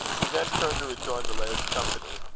he then turned to rejoin the laird's company.